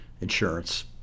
insurance